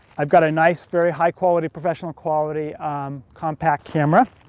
i've got a nice, very high quality, professional quality compact camera.